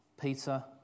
Peter